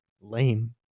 lame